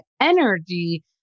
energy